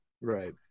Right